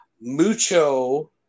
mucho